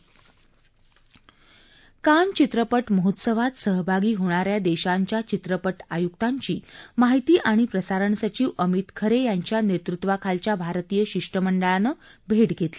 कान चित्रपटमहोत्सवात सहभागी होणाऱ्या देशांच्या चित्रपटआयुक्तांची माहिती आणि प्रसारण सचिव अमित खरे यांच्या नेतृत्वाखालच्या भारतीय शिष्टमंडळानं भेट घेतली